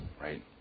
right